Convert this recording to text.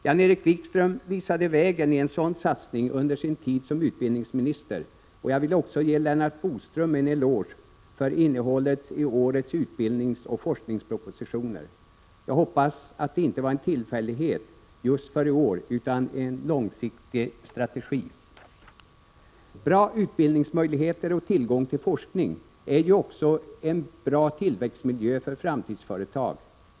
Jan-Erik Wikström visade vägen genom en sådan satsning under sin tid som utbildningsminister, och jag vill också ge Lennart Bodström en eloge för innehållet i årets utbildningsoch forskningspropositioner. Jag hoppas att det inte var en tillfällighet just för i år utan en långsiktig strategi. Bra utbildningsmöjligheter och tillgång till forskning innebär en bra tillväxtmiljö för framtidsföretag.